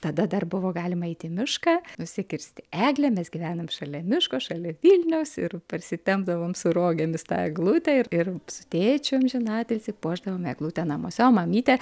tada dar buvo galima eit į mišką nusikirsti eglę mes gyvenam šalia miško šalia vilniaus ir parsitempdavom su rogėmis tą eglutę ir ir su tėčiu amžinatilsį puošdavom eglutę namuose o mamytė